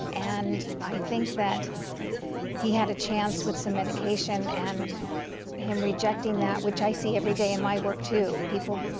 and i think that he had a chance with some medication and him rejecting that, which i see every day in my work too. people,